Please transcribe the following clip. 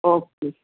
okay